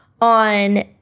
on